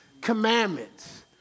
commandments